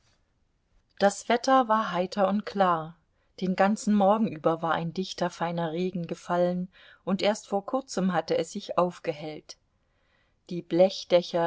das wetter war heiter und klar den ganzen morgen über war ein dichter feiner regen gefallen und erst vor kurzem hatte es sich aufgehellt die